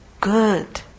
Good